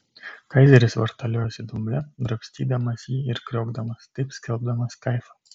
kaizeris vartaliojosi dumble drabstydamas jį ir kriokdamas taip skelbdamas kaifą